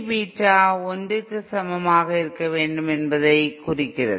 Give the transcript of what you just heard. beta 1 க்கு சமமாக இருக்க வேண்டும் என்பதைக் குறிக்கிறது